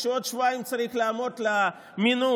כשבעוד שבועיים הוא צריך לעמוד למינוי,